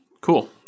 Cool